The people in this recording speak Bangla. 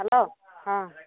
হ্যালো হ্যাঁ